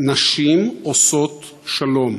"נשים עושות שלום".